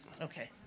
Okay